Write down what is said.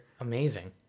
Amazing